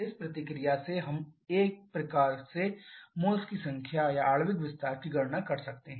इस प्रतिक्रिया से हम एक प्रकार से मोल्स की संख्या या आणविक विस्तार की गणना कर सकते हैं